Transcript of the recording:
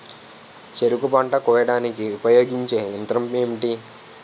చెరుకు పంట కోయడానికి ఉపయోగించే యంత్రం ఎంటి?